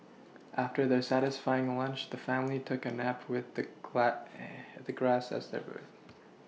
after their satisfying lunch the family took a nap with the the grass as their bread